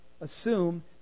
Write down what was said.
assume